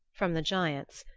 from the giants,